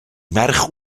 merch